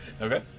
Okay